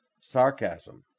sarcasm